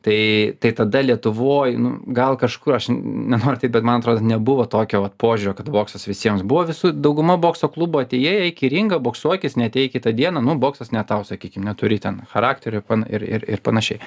tai tai tada lietuvoj nu gal kažkur aš nenoriu taip bet man atrodo nebuvo tokio vat požiūrio kad boksas visiems buvo visų dauguma bokso klubų atėjai eik į ringą boksuokis neatėjai kitą dieną nu boksas ne tau sakykim neturi ten charakterio pan ir ir panašiai